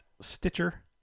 Stitcher